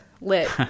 lit